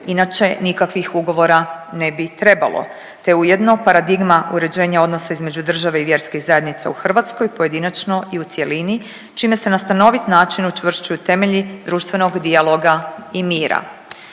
inače nikakvih ugovora ne bi trebalo te ujedno paradigma uređenja odnosa između države i vjerskih zajednica u Hrvatskoj, pojedinačno i u cjelini, čime se na stanovit način učvršćuju temelji društvenog dijaloga i mira.